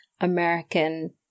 American